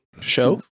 Show